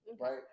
right